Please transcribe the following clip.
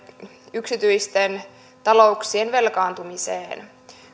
yksityisten talouksien velkaantumiseen